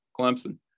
Clemson